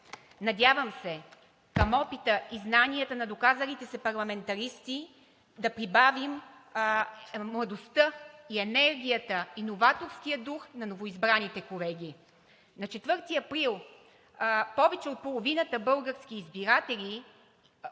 Надявам се към опита и знанията на доказалите се парламентаристи да прибавим младостта и енергията, иноваторския дух на новоизбраните колеги. На 4 април повече от половината български избиратели